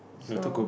so